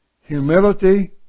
Humility